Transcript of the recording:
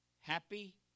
Happy